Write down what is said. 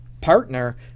partner